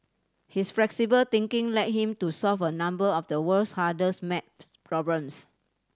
his flexible thinking led him to solve a number of the world's hardest maths problems